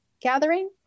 gathering